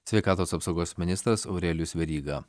sveikatos apsaugos ministras aurelijus veryga